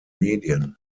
medien